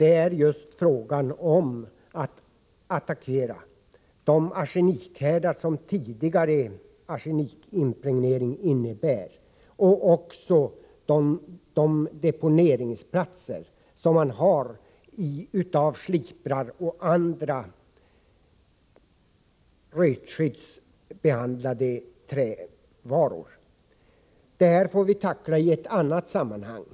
Det gäller bl.a. i fråga om behovet av att attackera de arsenikhärdar som tidigare arsenikimpregnering skapat och de deponeringsplatser som finns. I detta sammanhang är sliprar och andra rötskyddsbehandlade trävaror aktuella. Men det problemet får vi tackla i ett annat sammanhang.